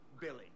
Billy